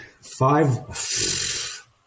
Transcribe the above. five